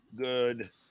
Good